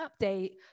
update